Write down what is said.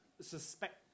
suspect